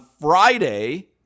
Friday